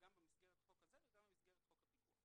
גם במסגרת החוק הזה וגם במסגרת חוק הפיקוח.